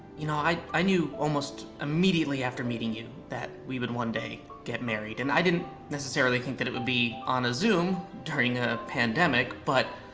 you know, i i knew almost immediately after meeting you that we would one day get married. and i didn't necessarily think that it would be on a zoom, during a pandemic but,